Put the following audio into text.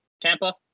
Tampa